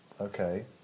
Okay